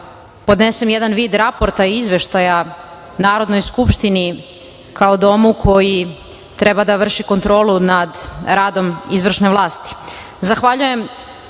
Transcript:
podnesem jedan vid raporta i izveštaja Narodnoj skupštini kao domu koji treba da vrši kontrolu nad radom izvršne